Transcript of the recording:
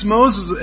Moses